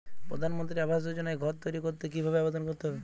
প্রধানমন্ত্রী আবাস যোজনায় ঘর তৈরি করতে কিভাবে আবেদন করতে হবে?